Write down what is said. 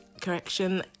correction